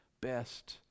best